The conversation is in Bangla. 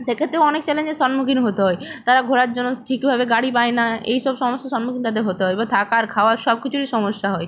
সেক্ষেত্রেও অনেক চ্যালেঞ্জের সম্মুখীন হতে হয় তারা ঘোরার জন্য ঠিকভাবে গাড়ি পায় না এইসব সমস্যার সম্মুখীন তাদের হতে হয় বা থাকার খাওয়ার সব কিছুরই সমস্যা হয়